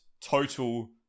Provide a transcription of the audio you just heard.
total